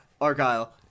Argyle